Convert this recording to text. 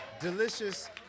Delicious